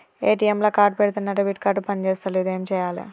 ATM లా card పెడితే నా డెబిట్ కార్డ్ పని చేస్తలేదు ఏం చేయాలే?